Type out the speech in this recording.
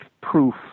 proof